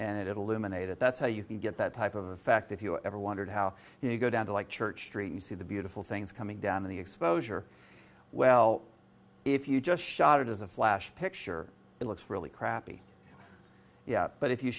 and it illuminated that's how you can get that type of effect if you ever wondered how you go down to like church street and see the beautiful things coming down the exposure well if you just shot it as a flash picture it looks really crappy yeah but if you